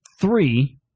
three